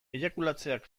eiakulatzeak